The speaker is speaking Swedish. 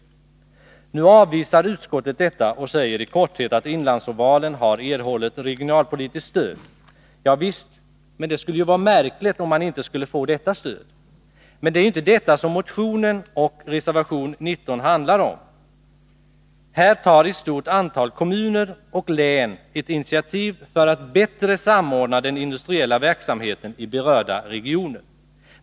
Nu avvisar utskottet dessa förslag och säger att inlandsovalen har erhållit regionalpolitiskt stöd. Ja visst, men det vore ju märkligt om man inte fick detta stöd. Det är dock inte detta som motionen och reservation 19 handlar om. Här tar ett stort antal kommuner och län ett initiativ för att bättre samordna den industriella verksamheten i berörda regioner.